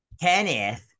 kenneth